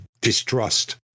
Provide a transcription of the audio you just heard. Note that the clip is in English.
distrust